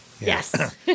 Yes